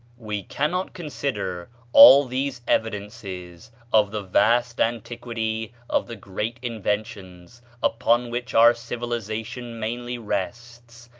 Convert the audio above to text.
we cannot consider all these evidences of the vast antiquity of the great inventions upon which our civilization mainly rests,